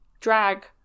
drag